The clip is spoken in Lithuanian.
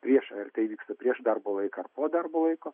prieš ar tai įvyksta prieš darbo laiką ar po darbo laiko